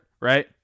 Right